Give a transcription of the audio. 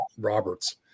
Roberts